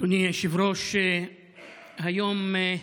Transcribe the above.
אדוני היושב-ראש, היום,